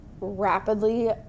rapidly